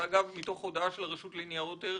זה מתוך הודעה של הרשות לניירות ערך